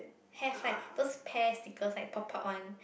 have like those pear stickers like pop out one